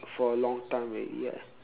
for a long time already ya